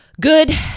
good